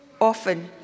often